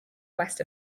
west